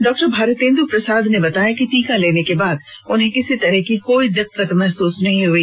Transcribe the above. doctor Bharatendu Prasad ने बताया कि टीका लेने के बाद उन्हें किसी तरह की कोई दिक्कत महसूस नहीं हुई